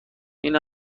این